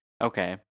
okay